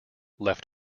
left